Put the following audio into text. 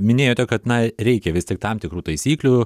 minėjote kad na reikia vis tik tam tikrų taisyklių